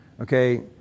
Okay